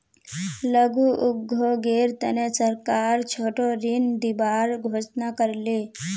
लघु उद्योगेर तने सरकार छोटो ऋण दिबार घोषणा कर ले